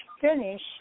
finish